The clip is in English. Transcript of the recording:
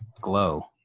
Glow